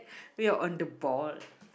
we are on the ball